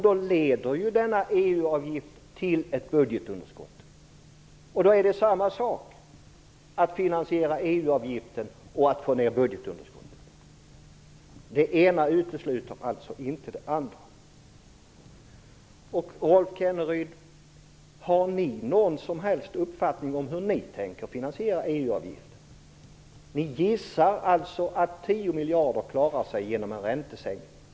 Då leder denna EU-avgift till ett budgetunderskott. Då är det samma sak att finansiera EU-avgiften och att få ned budgetunderskottet. Det ena utesluter alltså inte det andra. Har ni någon som helst uppfattning om hur ni tänker finansiera EU-avgiften, Rolf Kenneryd? Ni gissar att 10 miljarder klarar sig genom en räntesänkning.